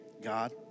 God